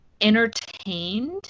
entertained